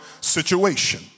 situation